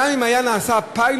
גם אם היה נעשה פיילוט,